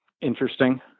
interesting